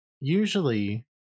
usually